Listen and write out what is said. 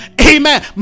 amen